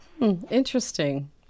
Interesting